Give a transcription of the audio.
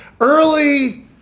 Early